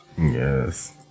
yes